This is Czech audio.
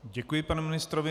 Děkuji panu ministrovi.